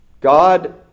God